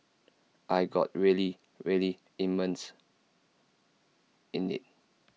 I got really really immersed in IT